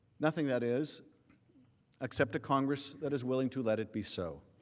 nothing that is except a congress that is willing to let it be so.